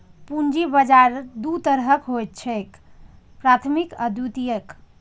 पूंजी बाजार दू तरहक होइ छैक, प्राथमिक आ द्वितीयक